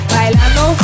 Bailando